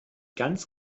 ganz